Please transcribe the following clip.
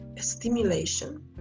stimulation